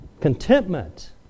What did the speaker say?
Contentment